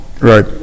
right